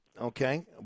okay